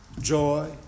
joy